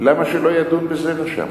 למה שלא ידון בזה רשם?